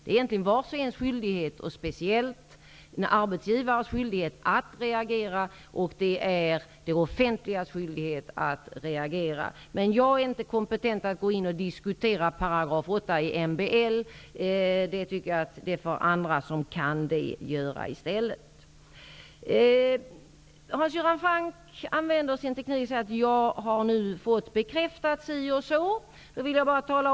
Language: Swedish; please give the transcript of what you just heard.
Det är egentligen vars och ens skyldighet -- särskilt arbetsgivarens -- att reagera. Det är också det offentligas skyldighet att reagera. Jag är inte kompetent att diskutera § 38 MBL. Det får i stället andra, som kan det bättre, göra. Hans Göran Franck använder debattekniken att säga att han har fått si och så bekräftat.